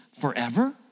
forever